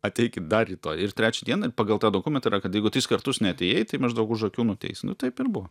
ateikit dar rytoj ir trečią dieną pagal tą dokumentą yra kad jeigu tris kartus neatėjai tai maždaug už akių nuteis nu taip ir buvo